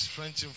French